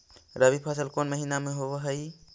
रबी फसल कोन महिना में होब हई?